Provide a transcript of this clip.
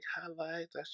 highlights